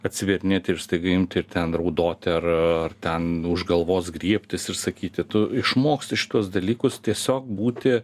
atsivėrinėti ir staiga imti ir ten raudoti ar ar ten už galvos griebtis ir sakyti tu išmoksti šituos dalykus tiesiog būti